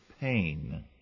pain